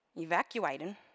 Evacuating